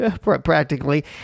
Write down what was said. practically